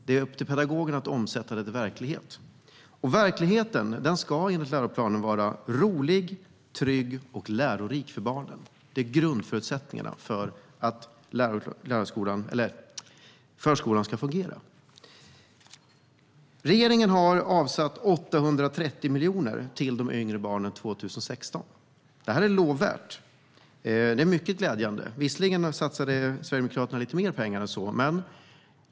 Det är upp till pedagogerna att omsätta det till verklighet. Verksamheten ska enligt läroplanen vara rolig, trygg och lärorik för barnen. Det är grundförutsättningarna för att förskolan ska fungera. Regeringen har för 2016 avsatt 830 miljoner till de yngre barnen. Det är lovvärt. Det är mycket glädjande, även om Sverigedemokraterna satsade lite mer pengar än så.